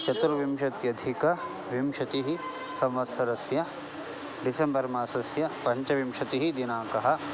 चतुर्विंशत्यधिकविंशतिः संवत्सरस्य डिसेम्बर्मासस्य पञ्चविंशतिः दिनाङ्कः